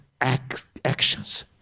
actions